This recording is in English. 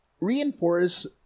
reinforce